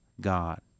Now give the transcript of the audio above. God